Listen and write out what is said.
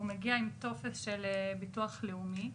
והוא מגיע עם טופס של ביטוח לאומי,